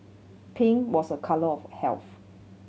pink was a colour of health